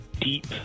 deep